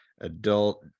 adult